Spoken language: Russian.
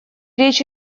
речь